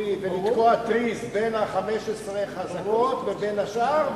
המקומי ולתקוע טריז בין 15 החזקות לבין השאר,